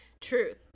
Truth